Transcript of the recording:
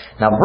Now